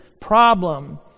problem